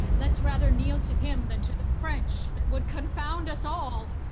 let's rather kneel to him, than to the french that would confound us all.